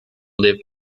live